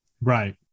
Right